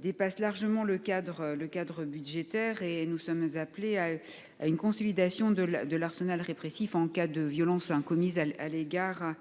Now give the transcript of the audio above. dépasse largement le cadre budgétaire. Nous sommes appelés à consolider l’arsenal répressif en cas de violences commises à l’égard